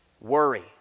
worry